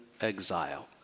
exile